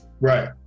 Right